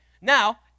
Now